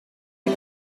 and